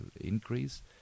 increase